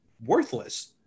worthless